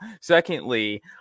Secondly